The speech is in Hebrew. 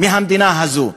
מהמדינה הזאת.